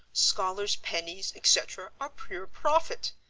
scholars' pennies, etc, are pure profit.